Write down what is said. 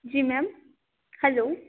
ji ma'am hello